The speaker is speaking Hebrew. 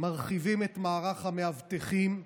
מרחיבים את מערך המאבטחים,